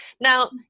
Now